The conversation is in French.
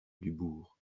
dubourg